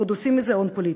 ועוד עושים מזה הון פוליטי.